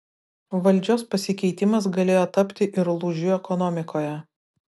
valdžios pasikeitimas galėjo tapti ir lūžiu ekonomikoje